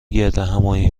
گردهمآیی